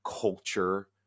culture